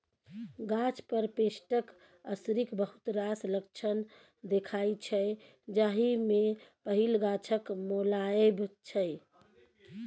गाछ पर पेस्टक असरिक बहुत रास लक्षण देखाइ छै जाहि मे पहिल गाछक मौलाएब छै